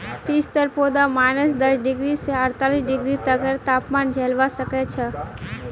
पिस्तार पौधा माइनस दस डिग्री स अड़तालीस डिग्री तकेर तापमान झेलवा सख छ